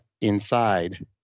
inside